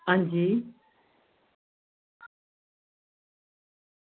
अंजी